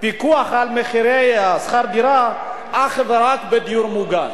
פיקוח על מחירי שכר דירה אך ורק בדיור מוגן,